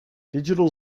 digital